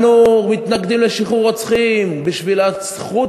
אנחנו מתנגדים לשחרור רוצחים בשביל הזכות